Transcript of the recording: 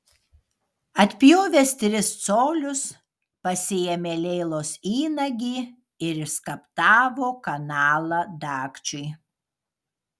atpjovęs tris colius pasiėmė leilos įnagį ir išskaptavo kanalą dagčiui